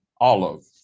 olive